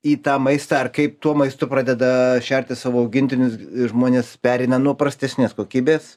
į tą maistą ar kaip tuo maistu pradeda šerti savo augintinius žmonės pereina nuo prastesnės kokybės